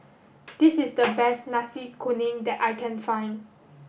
this is the best Nasi Kuning that I can find